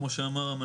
כמו שאמר המנכ"ל.